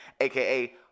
aka